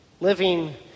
Living